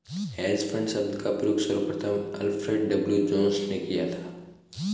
hedge fund शब्द का प्रयोग सर्वप्रथम अल्फ्रेड डब्ल्यू जोंस ने किया था